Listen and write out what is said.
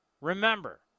Remember